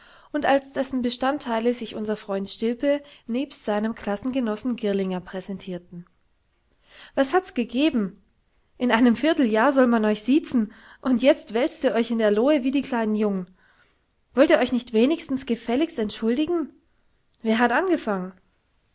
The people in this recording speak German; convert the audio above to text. und als dessen bestandteile sich unser freund stilpe nebst seinem klassengenossen girlinger präsentierten was hats gegeben in einem vierteljahr soll man euch siezen und jetzt wälzt ihr euch in der lohe wie die kleinen jungen wollt ihr euch nicht wenigstens gefälligst entschuldigen wer hat angefangen